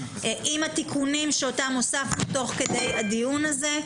עם התיקונים אותם הוספנו תוך כדי הדיון הזה.